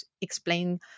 explain